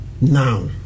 now